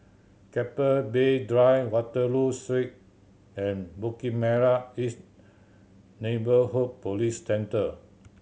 Keppel Bay Drive Waterloo Street and Bukit Merah East Neighbourhood Police Centre